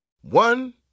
One